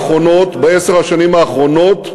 בעשר השנים האחרונות,